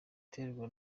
iterwa